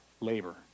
labor